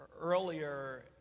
earlier